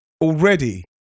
already